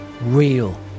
real